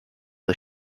the